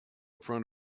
front